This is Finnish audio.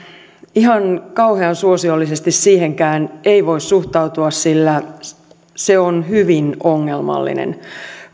ihan kauhean suosiollisesti siihenkään ei voi suhtautua sillä se se on hyvin ongelmallinen